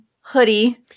hoodie